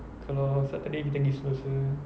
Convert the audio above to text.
kalau saturday macam pergi sentosa